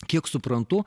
kiek suprantu